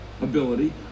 ability